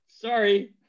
Sorry